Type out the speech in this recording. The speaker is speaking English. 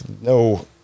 no